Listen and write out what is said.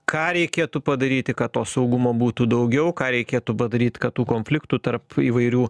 ką reikėtų padaryti kad to saugumo būtų daugiau ką reikėtų padaryt kad tų konfliktų tarp įvairių